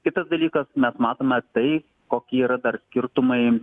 kitas dalykas mes matome tai kokie yra dar skirtumai